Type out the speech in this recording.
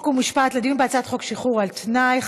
חוק ומשפט לדיון בצעת חוק שחרור על תנאי,